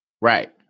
Right